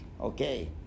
Okay